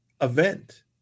event